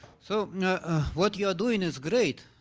so what you are doing is great,